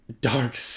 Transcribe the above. Dark